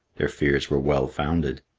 their fears were well founded.